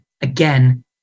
again